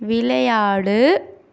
விளையாடு